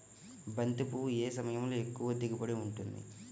బంతి పువ్వు ఏ సమయంలో ఎక్కువ దిగుబడి ఉంటుంది?